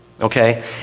okay